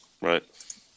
right